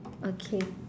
okay